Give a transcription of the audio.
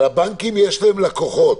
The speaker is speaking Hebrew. לבנקים יש לקוחות.